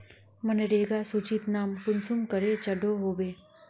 मनरेगा सूचित नाम कुंसम करे चढ़ो होबे?